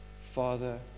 Father